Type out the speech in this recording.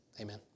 amen